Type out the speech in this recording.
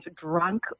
drunk